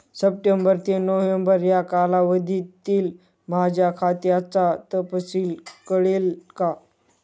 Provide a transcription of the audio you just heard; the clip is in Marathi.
सप्टेंबर ते नोव्हेंबर या कालावधीतील माझ्या खात्याचा तपशील कळेल का?